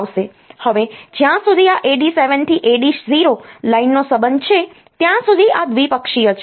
હવે જ્યાં સુધી આ AD7 થી AD0 લાઇનનો સંબંધ છે ત્યાં સુધી આ દ્વિપક્ષીય છે